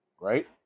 Right